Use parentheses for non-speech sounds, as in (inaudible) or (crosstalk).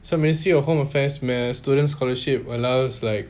some ministry of home affairs (noise) students scholarship